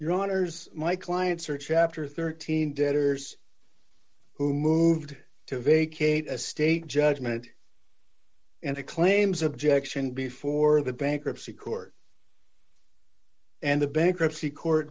your honors my clients are chapter thirteen debtors who moved to vacate a state judgment and a claims objection before the bankruptcy court and the bankruptcy court